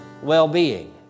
Well-being